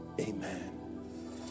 amen